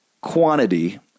quantity